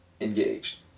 engaged